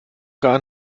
gar